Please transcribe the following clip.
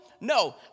No